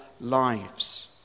lives